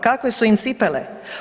Kakve su im cipele?